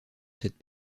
cette